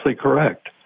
correct